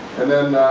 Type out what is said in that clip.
and then